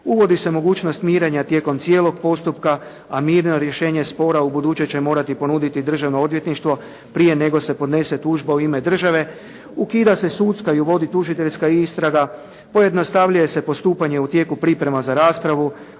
Uvodi se mogućnost mirenja tijekom cijelog postupka a mirno rješenje spora ubuduće će morati ponuditi Državno odvjetništvo prije nego se podnese tužba u ime države. Ukida se sudska i uvodi tužiteljska istraga. Pojednostavljuje se postupanje u tijeku priprema za raspravu.